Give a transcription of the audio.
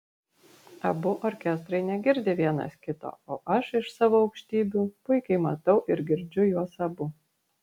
abu orkestrai negirdi vienas kito o aš iš savo aukštybių puikiai matau ir girdžiu juos abu